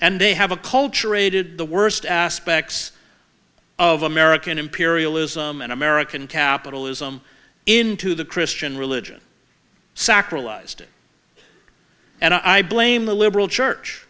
and they have a culture aided the worst aspects of american imperialism and american capitalism into the christian religion sacral ised and i blame the liberal church